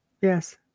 Yes